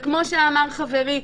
וכמו שאמר חברי,